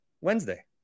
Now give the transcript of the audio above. Wednesday